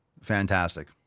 Fantastic